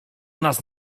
nas